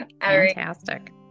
fantastic